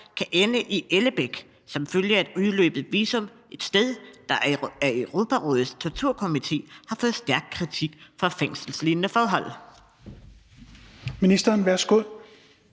kan ende i Ellebæk som følge af et udløbet visum, et sted, der af Europarådets Torturkomité har fået stærk kritik for fængselslignende forhold? Kl. 14:19 Tredje